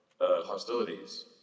hostilities